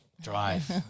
drive